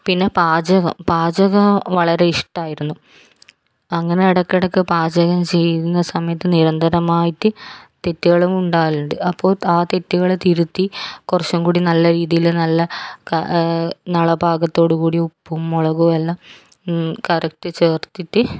പിന്നെ പാചകം വളരെ ഇഷ്ടമായിരുന്നു അങ്ങനെ ഇടക്കിടക്ക് പാചകം ചെയ്യുന്ന സമയത്ത് നിരന്തരമായിട്ട് തെറ്റുകളും ഉണ്ടാവലുണ്ട് അപ്പോൾ ആ തെറ്റുകൾ തിരുത്തി കുറച്ചുംകൂടി നല്ല രീതിയിൽ നല്ല ക നള പാകത്തോടു കൂടി ഉപ്പും മുളകും എല്ലാം കറക്റ്റ് ചേർത്തിട്ട്